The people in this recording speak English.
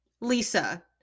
Lisa